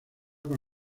con